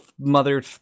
mother